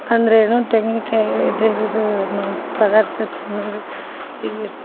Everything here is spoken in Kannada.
ಅಂದ್ರ ಏನು ತೆಂಗಿನಕಾಯಿ ಇದು ಇರುದ ನಮಗ ಪದಾರ್ಥಕ್ ಅನ್ನುದ ಇದು ಇರ್ತೈತಿ